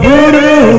Voodoo